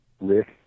risk